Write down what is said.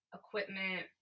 equipment